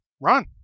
Run